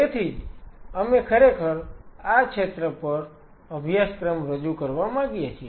તેથી જ અમે ખરેખર આ ક્ષેત્ર પર અભ્યાસક્રમ રજુ કરવા માંગીએ છીએ